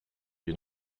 une